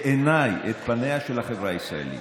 בעיניי, את פניה של החברה הישראלית.